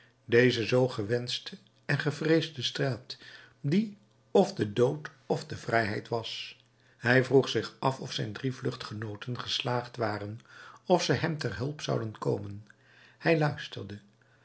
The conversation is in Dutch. deze zoo gewenschte en gevreesde straat die of de dood of de vrijheid was hij vroeg zich af of zijn drie vluchtgenooten geslaagd waren of zij hem ter hulp zouden komen hij luisterde